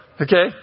Okay